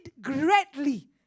greatly